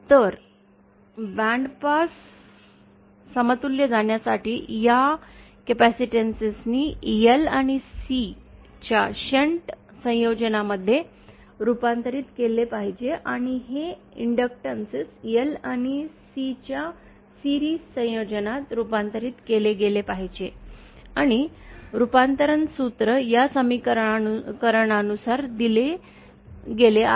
तर बॅन्डपास समतुल्य जाणण्यासाठी या कॅपेसिटानेसेस नी L आणि Cच्या शंट संयोजनमध्ये रूपांतरित केले पाहिजे आणि हे इंडक्टॅन्स Lआणि C च्या मालिका संयोजनात रूपांतरित केले गेले पाहिजेत आणि रूपांतरण सूत्र या समीकरणानुसार दिले गेले आहे